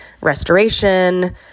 restoration